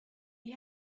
you